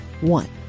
one